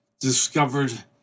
discovered